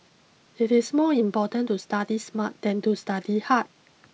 it is more important to study smart than to study hard